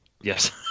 Yes